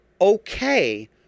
okay